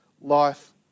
life